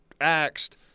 axed